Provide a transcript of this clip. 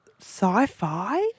sci-fi